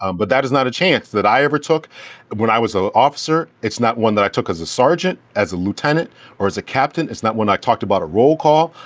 um but that is not a chance that i ever took when i was an officer. it's not one that i took as a sergeant, as a lieutenant or as a captain. it's not one. i talked about a roll call.